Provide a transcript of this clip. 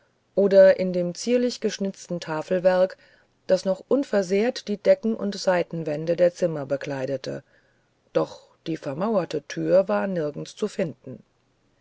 oder in dem zierlich geschnitzten täfelwerk das noch unversehrt die decken und seitenwände der zimmer bekleidete doch die vermauerte tür war nirgends zu finden